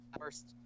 first